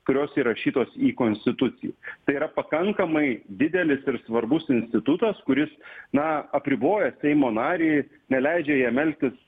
kurios įrašytos į konstituciją tai yra pakankamai didelis ir svarbus institutas kuris na apriboja seimo narį neleidžia jam elgtis